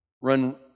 run